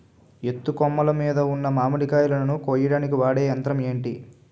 ఎత్తు కొమ్మలు మీద ఉన్న మామిడికాయలును కోయడానికి వాడే యంత్రం ఎంటి?